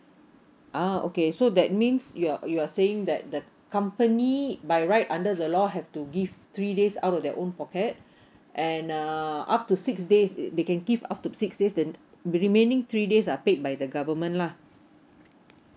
uh okay so that means you're you're saying that the company by right under the law have to give three days out of their own pocket and um up to six days they can give up to six days the remaining three days are paid by the government lah